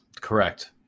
Correct